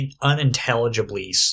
unintelligibly